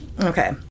Okay